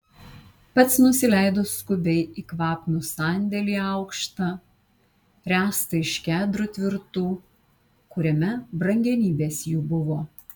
pats nusileido skubiai į kvapnų sandėlį aukštą ręstą iš kedrų tvirtų kuriame brangenybės jų buvo